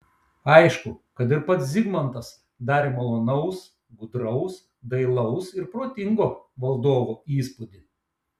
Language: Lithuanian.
aišku kad ir pats zigmantas darė malonaus gudraus dailaus ir protingo valdovo įspūdį